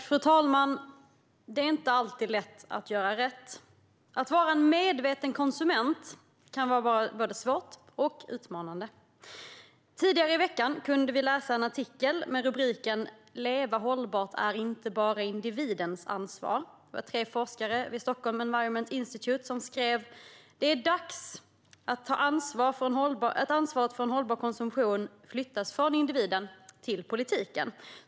Fru talman! Det är inte alltid lätt att göra rätt. Att vara en medveten konsument kan vara både svårt och utmanande. Tidigare i veckan kunde vi läsa en artikel med rubriken "Leva hållbart är inte bara individens ansvar". Det var tre forskare vid Stockholm Environment Institute som skrev: "Det är dags att ansvaret för en hållbar konsumtion flyttas från individer till politiken."